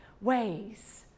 ways